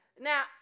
Now